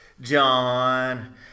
john